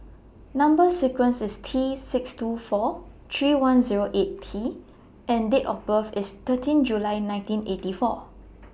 Number sequence IS T six two four three one Zero eight T and Date of birth IS thirteen July nineteen eighty four